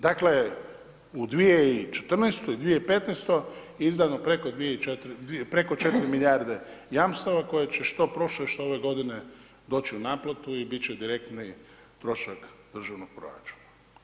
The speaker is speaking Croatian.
Dakle, u 2014. i 2015. izdano preko 4 milijarde jamstava koje će, što prošle, što ove godine, doći u naplatu i bit će direktni trošak državnog proračuna.